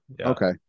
Okay